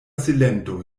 silento